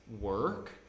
work